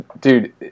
dude